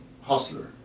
hustler